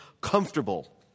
comfortable